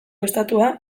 estatua